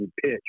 pitch